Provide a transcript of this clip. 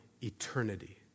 eternity